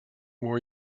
more